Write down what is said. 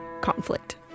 conflict